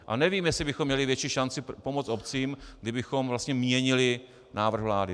A nevím, jestli bychom měli větší šanci pomoci obcím, kdybychom vlastně měnili návrh vlády.